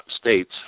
states